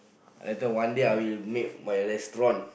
later one day I will make my restaurant